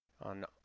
on